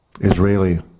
Israeli